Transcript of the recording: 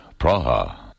Praha